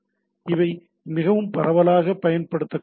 இவை மிகவும் பரவலாக பயன்படுத்த கூடியவை